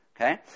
Okay